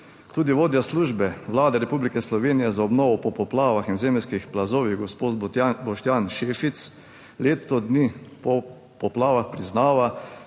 Tudi vodja službe Vlade Republike Slovenije za obnovo po poplavah in zemeljskih plazovih, gospod Boštjan Šefic leto dni po poplavah priznava,